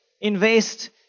invest